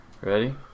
Ready